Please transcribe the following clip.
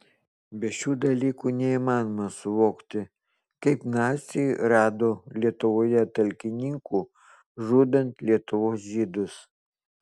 be šių dalykų neįmanoma suvokti kaip naciai rado lietuvoje talkininkų žudant lietuvos žydus